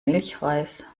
milchreis